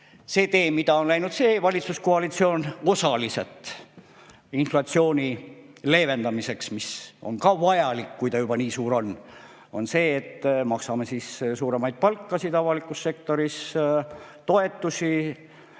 tee, mida on läinud see valitsuskoalitsioon osaliselt inflatsiooni leevendamiseks, mis on ka vajalik, kui ta juba nii suur on, on see, et maksame siis suuremaid palkasid avalikus sektoris, toetusi